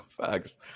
Facts